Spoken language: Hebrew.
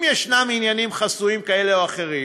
אם יש עניינים חסויים כאלה או אחרים,